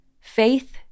Faith